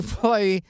play